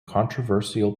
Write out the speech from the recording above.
controversial